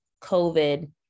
COVID